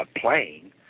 playing